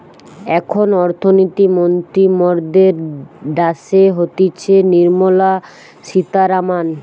এখন অর্থনীতি মন্ত্রী মরদের ড্যাসে হতিছে নির্মলা সীতারামান